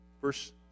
Verse